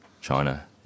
China